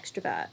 extrovert